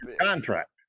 contract